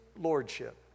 lordship